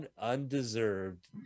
undeserved